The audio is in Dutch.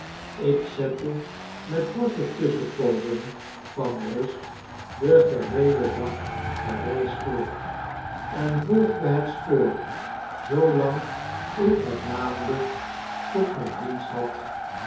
ik zette met korte tusschenpoozen van rust den geheelen dag de reis voort en volgde het spoor zoolang ik het maanlicht tot myn dienst had